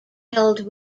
held